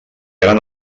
gran